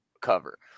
cover